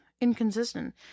inconsistent